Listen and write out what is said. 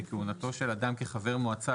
שכהונתו של אדם כחבר מועצה,